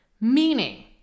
Meaning